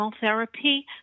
therapy